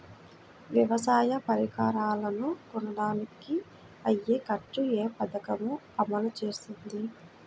వ్యవసాయ పరికరాలను కొనడానికి అయ్యే ఖర్చు ఏ పదకము అమలు చేస్తుంది?